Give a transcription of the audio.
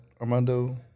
Armando